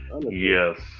Yes